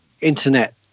internet